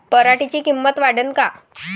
पराटीची किंमत वाढन का?